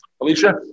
Alicia